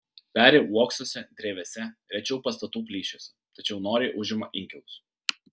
peri uoksuose drevėse rečiau pastatų plyšiuose tačiau noriai užima inkilus